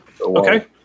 okay